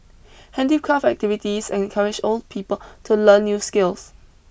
handicraft activities encourage old people to learn new skills